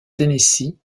tennessee